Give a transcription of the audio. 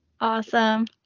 awesome